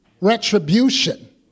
retribution